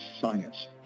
science